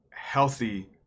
healthy